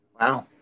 Wow